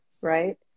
right